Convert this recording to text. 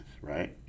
right